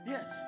Yes